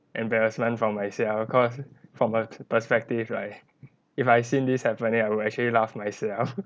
embarrassment for myself cause from her perspective like if I seen this happening I would actually laugh myself